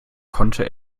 konnte